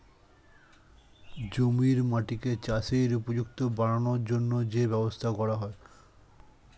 জমির মাটিকে চাষের উপযুক্ত বানানোর জন্যে যে ব্যবস্থা করা হয়